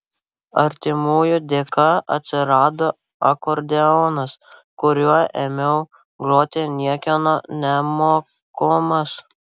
artimųjų dėka atsirado akordeonas kuriuo ėmiau groti niekieno nemokomas